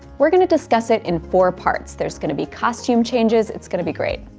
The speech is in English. we're going to discuss it in four parts. there's going to be costume changes, it's going to be great.